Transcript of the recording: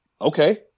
okay